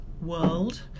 world